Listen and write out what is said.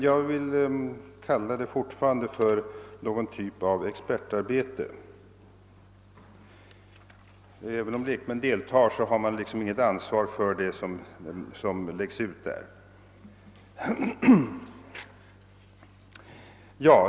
Jag vill därför fortfarande kalla det för någon typ av expertarbete. även om lekmän deltar, har de inte ansvar för vad som läggs ut där.